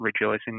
rejoicing